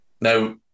Now